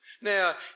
Now